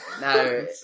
No